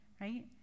right